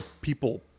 people